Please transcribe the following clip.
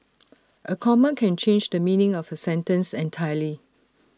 A comma can change the meaning of A sentence entirely